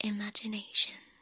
Imagination